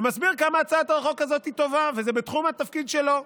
הוא מסביר כמה הצעת החוק הזאת היא טובה וזה בתחום התפקיד שלו.